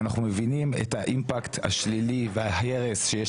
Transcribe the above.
ואנחנו מבינים את האימפקט השלילי וההרס שיש